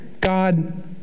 God